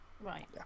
Right